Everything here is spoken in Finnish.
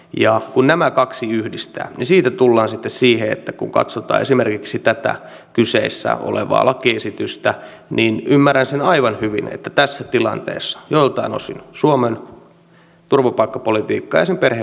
ja kun nämä kaksi yhdistää niin siitä tullaan sitten siihen että kun katsotaan esimerkiksi tätä kyseessä olevaa lakiesitystä niin ymmärrän sen aivan hyvin että tässä tilanteessa joltain osin suomen turvapaikkapolitiikkaa ja perheenyhdistämispolitiikkaa tullaan tiukentamaan